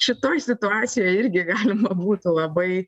šitoj situacijoj irgi galima būtų labai